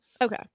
okay